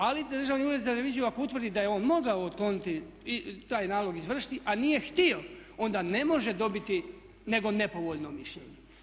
Ali Državni ured za reviziju ako utvrdi da je on mogao otkloniti i taj nalog izvršiti a nije htio onda ne može dobiti, nego nepovoljno mišljenje.